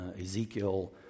Ezekiel